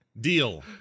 Deal